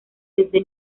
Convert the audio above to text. desde